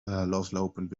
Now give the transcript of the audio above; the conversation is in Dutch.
loslopend